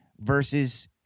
versus